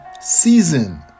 season